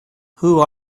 who